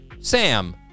Sam